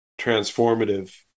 transformative